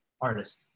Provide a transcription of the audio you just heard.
artist